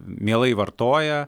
mielai vartoja